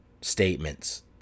statements